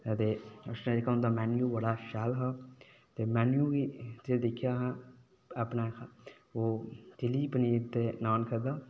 दे उत्थै उंदा मेन्यू जेह्ड़ा शैल हा ते मेन्यू गी असें दिक्खेआ हा ते ओह् चिल्ली पनीर ते नॅान खाद्धा